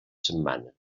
setmana